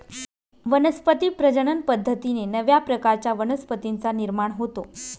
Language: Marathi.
वनस्पती प्रजनन पद्धतीने नव्या प्रकारच्या वनस्पतींचा निर्माण होतो